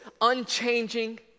unchanging